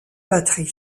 batterie